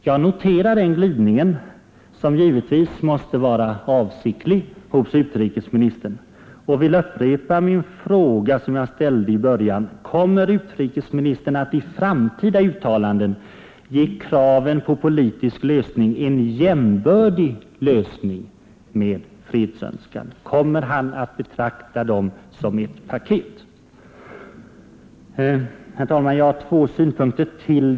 Jag noterar den glidningen, som givetvis måste vara avsiktlig hos utrikesministern, och vill upprepa min fråga som jag ställde i början: Kommer utrikesministern att i framtida uttalanden ge kraven på politisk lösning en jämbördig ställning med fredsönskan? Kommer han att betrakta dem som ett paket? Herr talman! Jag har två synpunkter till.